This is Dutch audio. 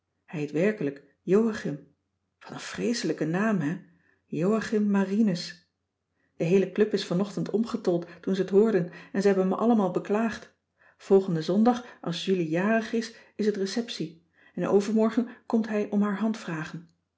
hij heet werkelijk joachim wat een vreeselijke naam hè joachim marinus de heele club is vanochtend omgetold toen ze t hoorden en ze hebben me allemaal beklaagd volgenden zondag als julie jarig is is het receptie en overmorgen komt hij om haar hand vragen